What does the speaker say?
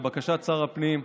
לבקשת שר הפנים,